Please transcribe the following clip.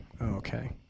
Okay